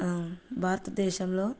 భారతదేశంలో